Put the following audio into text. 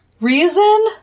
Reason